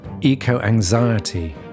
eco-anxiety